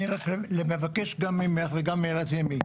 אני רק מבקש גם ממך וגם מלזימי,